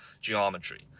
geometry